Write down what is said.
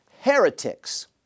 heretics